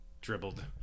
dribbled